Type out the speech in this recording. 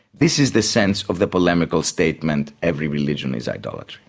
this is the sense of the polemical statement, every religion is idolatry.